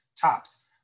tops